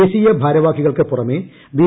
ദേശീയ ഭാരവാഹികൾക്ക് പുറമെ ബി